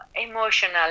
emotional